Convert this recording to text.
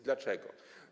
Dlaczego?